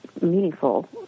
meaningful